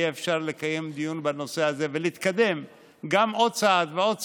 אפשר לקיים דיון בנושא הזה ולהתקדם עוד צעד ועוד צעד,